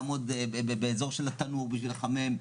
לעמוד באזור של התנור כדי לחמם.